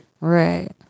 Right